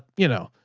you know,